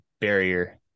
barrier